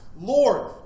Lord